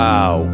Wow